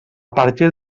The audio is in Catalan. partir